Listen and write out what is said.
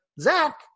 Zach